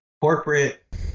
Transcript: corporate